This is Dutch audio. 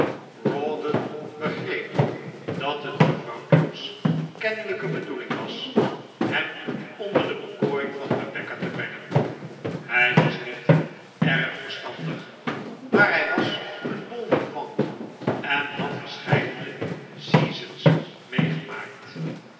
rawdon begreep dat het mevrouw bute's kennelijke bedoeling was hem onder de bekoring van rebecca te brengen hij was niet erg verstandig maar hij was een bonvivant en had verscheidene seasons meegemaakt